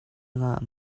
ngah